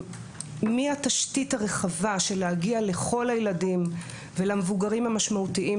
מהתשתית הרחבה של להגיע לכל הילדים ולמבוגרים המשמעותיים,